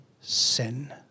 sin